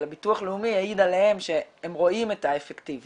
אלא ביטוח לאומי העיד עליהם שהם רואים את האפקטיביות.